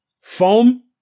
Foam